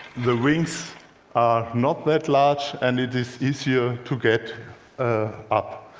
the wings are not that large, and it is easier to get ah up.